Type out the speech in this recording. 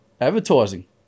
advertising